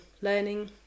learning